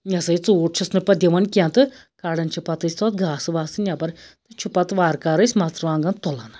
یہِ ہَسا یہِ ژوٗر چھِس نہٕ پَتہٕ دِوان کینٛہہ تہٕ کَڑان چھِ پَتہٕ أسۍ تتھ گاسہٕ واسہٕ نیٚبَر تہٕ چھُ پَتہٕ وار کارٕ أسۍ مَژرانٛگن تُلان